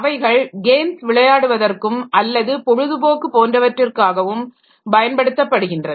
அவைகள் கேம்ஸ் விளையாடுவதற்கும் அல்லது பொழுதுபோக்கு போன்றவற்றிற்காகவும் பயன்படுத்தப்படுகின்றன